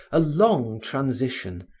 a long transition,